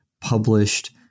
published